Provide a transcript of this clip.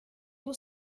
will